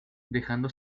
dejando